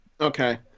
Okay